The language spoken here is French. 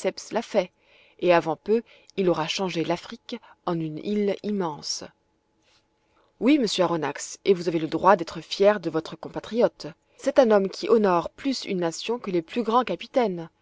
l'a fait et avant peu il aura changé l'afrique en une île immense oui monsieur aronnax et vous avez le droit d'être fier de votre compatriote c'est un homme qui honore plus une nation que les plus grands capitaines